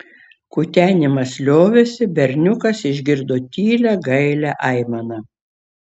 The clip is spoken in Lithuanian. kutenimas liovėsi berniukas išgirdo tylią gailią aimaną